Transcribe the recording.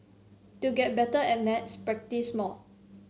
to get better at maths practise more